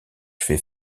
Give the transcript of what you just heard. fait